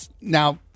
Now